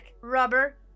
rubber